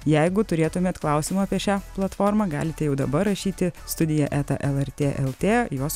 jeigu turėtumėt klausimų apie šią platformą galite jau dabar rašyti studija eta lrt lt jos